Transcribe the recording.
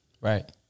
Right